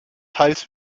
teils